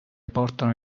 portano